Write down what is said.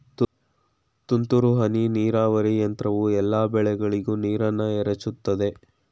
ತುಂತುರು ಹನಿ ನೀರಾವರಿ ಯಂತ್ರವು ಎಲ್ಲಾ ಬೆಳೆಗಳಿಗೂ ನೀರನ್ನ ಎರಚುತದೆ